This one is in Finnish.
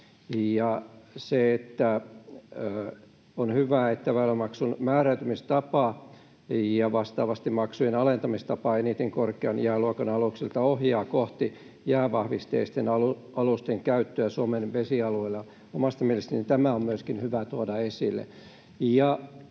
On hyvä, että väylämaksun määräytymistapa ja vastaavasti maksujen alentamistapa eniten korkean jääluokan aluksilta ohjaa kohti jäävahvisteisten alusten käyttöä Suomen vesialueilla. Omasta mielestäni myöskin tämä on hyvä tuoda esille.